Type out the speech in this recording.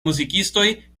muzikistoj